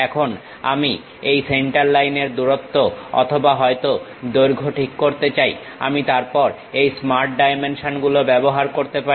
এখন আমি এই সেন্টার লাইনের দূরত্ব অথবা হয়তো দৈর্ঘ্য ঠিক করতে চাই আমি তারপর এই স্মার্ট ডাইমেনশন গুলো ব্যবহার করতে পারি